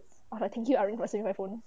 ah thank you ah for saving my phone